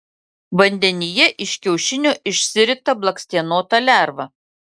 vandenyje iš kiaušinio išsirita blakstienota lerva